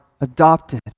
adopted